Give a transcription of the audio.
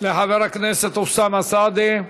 לחבר הכנסת אוסאמה סעדי.